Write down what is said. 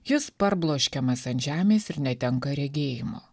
jus parbloškiamas ant žemės ir netenka regėjimo